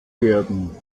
werden